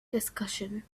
discussion